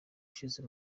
ushize